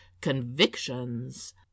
convictions